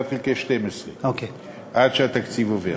1 חלקי 12, עד שהתקציב עובר.